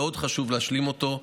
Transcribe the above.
מאוד חשוב להשלים אותו,